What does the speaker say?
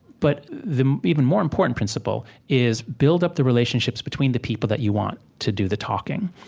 but the even more important principle is, build up the relationships between the people that you want to do the talking,